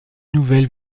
nouvelle